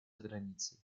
границей